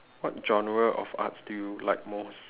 what genre of arts do you like most